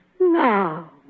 Now